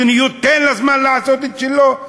מדיניות "תן לזמן לעשות את שלו".